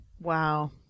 Wow